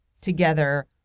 together